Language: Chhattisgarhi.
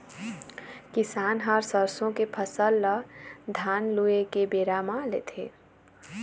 किसान ह सरसों के फसल ल धान लूए के बेरा म लेथे